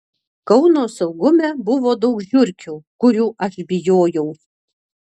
kauno saugume buvo daug žiurkių kurių aš bijojau